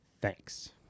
Thanks